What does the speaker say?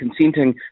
consenting